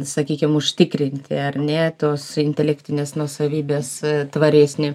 sakykim užtikrinti ar ne tos intelektinės nuosavybės tvaresnį